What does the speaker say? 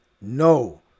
No